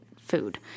food